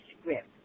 script